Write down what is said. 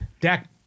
Dak